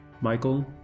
Michael